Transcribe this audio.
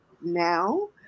now